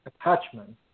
attachment